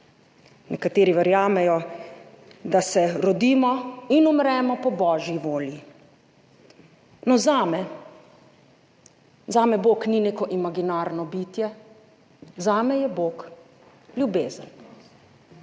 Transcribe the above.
Nekateri verjamejo, da se rodimo in umremo po božji volji. No, zame, zame Bog ni neko imaginarno bitje, zame je Bog ljubezen.